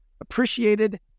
appreciated